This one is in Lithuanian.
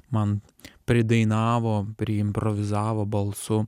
man pridainavo priimprovizavo balsu